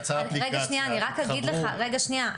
שנייה,